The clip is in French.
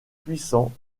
puissant